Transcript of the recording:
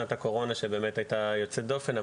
שנת הקורונה שבאמת הייתה יוצאת דופן.